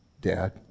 Dad